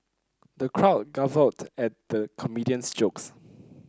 the crowd guffawed at the comedian's jokes